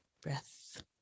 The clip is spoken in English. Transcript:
Breath